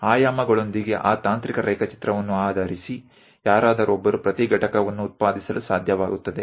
પરિમાણો સાથેના તકનીકી ચિત્ર ને ડ્રોઈંગ ને આધારે દરેક ઘટક બનાવી શકાય છે